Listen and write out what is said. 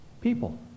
people